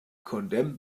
condemned